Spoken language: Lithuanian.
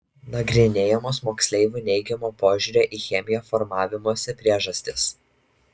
nagrinėjamos moksleivių neigiamo požiūrio į chemiją formavimosi priežastys